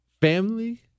Family